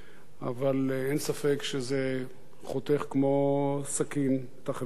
אבל אין ספק שזה חותך כמו סכין את החברה הישראלית,